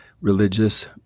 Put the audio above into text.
religious